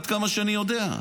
עד כמה שאני יודע.